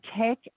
take